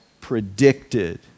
predicted